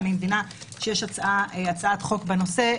אני מבינה שיש הצעת חוק בנושא.